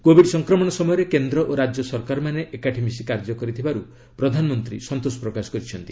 covid ସଂକ୍ରମଣ ସମୟରେ କେନ୍ଦ୍ର ଓ ରାଜ୍ୟ ସରକାରମାନେ ଏକାଠି ମିଶି କାର୍ଯ୍ୟ କରିଥିବାରୁ ପ୍ରଧାନମନ୍ତ୍ରୀ ସନ୍ତୋଷ ପ୍ରକାଶ କରିଛନ୍ତି